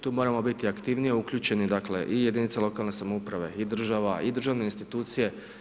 Tu moramo biti aktivnije uključeni, dakle i jedinice lokalne samouprave i država i državne institucije.